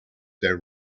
their